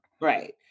Right